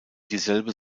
dieselbe